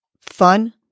Fun